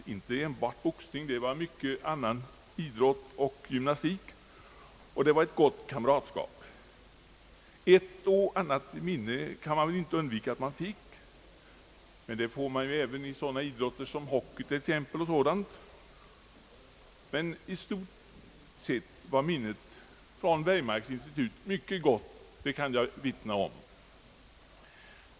Det förekom inte enbart boxning utan mycket gymnastik och annan idrott. Det rådde ett gott kamratskap. Ett och annat minne kunde man väl inte undvika att få, men det får man ju även i andra idrotter, till exempel hockey. I stort sett har man emellertid mycket goda minnen från Weimarks, det kan jag vittna om.